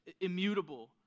immutable